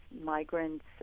migrants